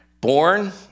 born